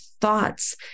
thoughts